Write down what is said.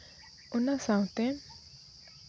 ᱚᱱᱟ ᱥᱟᱶᱛᱮ